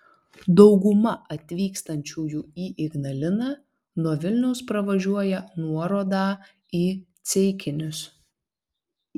dauguma atvykstančiųjų į ignaliną nuo vilniaus pravažiuoja nuorodą į ceikinius